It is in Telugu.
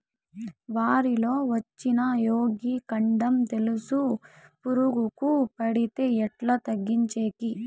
వరి లో వచ్చిన మొగి, కాండం తెలుసు పురుగుకు పడితే ఎట్లా తగ్గించేకి?